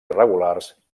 irregulars